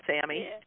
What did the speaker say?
Sammy